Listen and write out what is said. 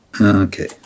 Okay